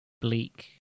Bleak